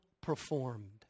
performed